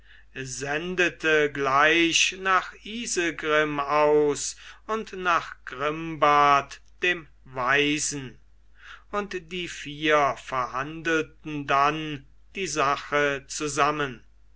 sendete gleich nach isegrim aus und nach grimbart dem weisen und die vier verhandelten dann die sache zusammen